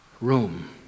room